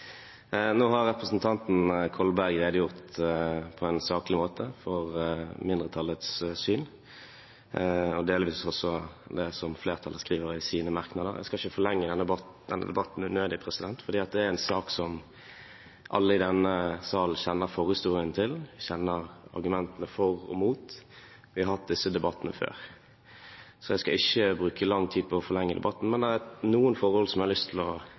Nå har representanten Kolberg redegjort på en saklig måte for mindretallets syn og delvis også for det flertallet skriver i sine merknader. Jeg skal ikke forlenge denne debatten unødig, for det er en sak som alle i denne sal kjenner forhistorien til, kjenner argumentene for og mot – vi har hatt disse debattene før. Så jeg skal ikke bruke lang tid på å forlenge debatten, men det er noen forhold jeg har lyst til å